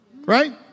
Right